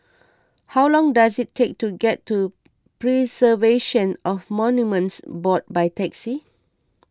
how long does it take to get to Preservation of Monuments Board by taxi